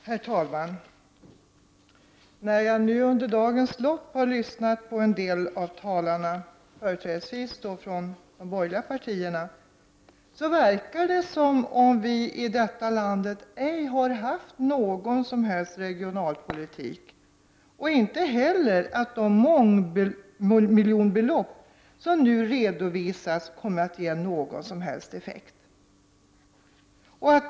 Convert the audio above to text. Herr talman! När jag under dagens lopp har lyssnat till en del av talarna, företrädesvis från de borgerliga partierna, förefaller det som att vi i detta land ej har haft någon som helst regionalpolitik, liksom att de mångmiljonbelopp som nu anslås inte kommer att ge någon som helst effekt.